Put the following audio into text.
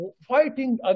fighting